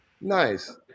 Nice